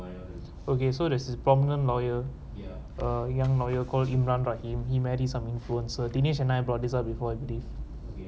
okay so there's is prominent lawyer err young lawyer call imran rahim he marry some influencer dinesh and I brought this up before I believe